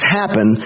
happen